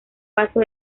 paso